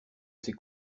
ses